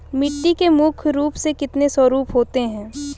मिट्टी के मुख्य रूप से कितने स्वरूप होते हैं?